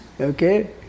Okay